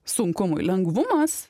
sunkumui lengvumas